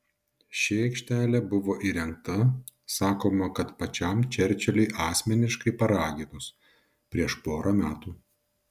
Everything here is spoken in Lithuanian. ši aikštelė buvo įrengta sakoma kad pačiam čerčiliui asmeniškai paraginus prieš porą metų